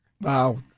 Wow